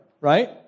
right